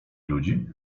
ludzi